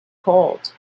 called